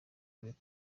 kureka